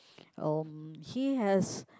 um he has